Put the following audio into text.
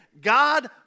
God